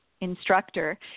instructor